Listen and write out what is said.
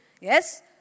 Yes